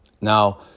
Now